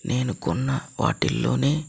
నేను కొన్న వాటిల్లోనే